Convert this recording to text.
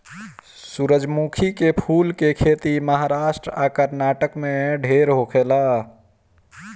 सूरजमुखी के फूल के खेती महाराष्ट्र आ कर्नाटक में ढेर होखेला